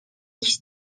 iść